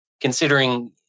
considering